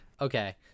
okay